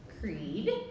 Creed